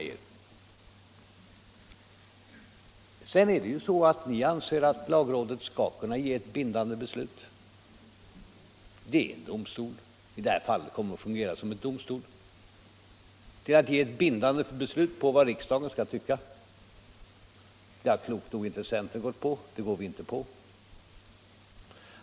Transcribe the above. i grundlag Sedan är det så att ni anser att lagrådet skall kunna fatta bindande beslut när det gäller vad riksdagen skall tycka. Lagrådet kommer i det här fallet att fungera som en domstol. Men det har klokt nog centern inte gått på. Och det går vi inte på.